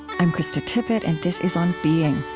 i'm krista tippett, and this is on being.